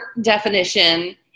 definition